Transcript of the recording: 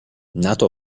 nato